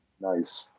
Nice